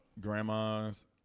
Grandmas